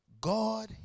God